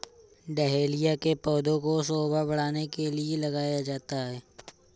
dahlia के पौधे को शोभा बढ़ाने के लिए लगाया जाता है